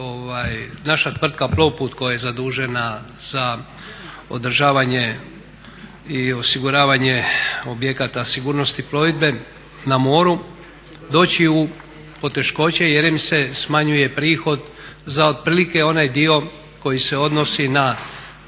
naša tvrtka Plovput koja je zadužena za održavanje i osiguravanje objekata sigurnosti plovidbe na moru doći u poteškoće jer im se smanjuje prihod za otprilike onaj dio koji se odnosi na,